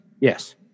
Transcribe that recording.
Yes